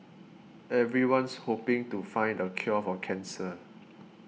everyone's hoping to find the cure for cancer